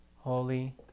holy